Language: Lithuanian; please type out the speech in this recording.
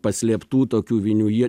paslėptų tokių vinių jie